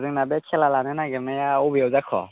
जोंना बे खेला लानो नागिरनाया अबेयाव जाखो